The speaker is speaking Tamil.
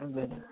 ஆ சரி